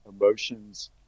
emotions